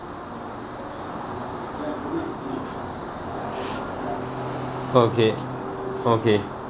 okay okay